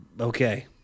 okay